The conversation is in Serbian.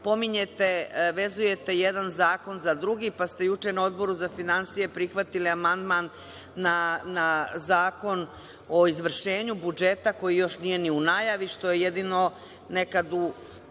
stalno vezujete jedan zakon za drugi, pa ste juče na Odboru za finansije prihvatili amandman na Zakon o izvršenju budžeta koji još nije ni u najavi, što je jedino nekad,